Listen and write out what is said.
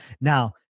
Now